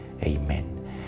Amen